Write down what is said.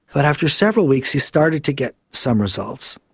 but after several weeks he started to get some results,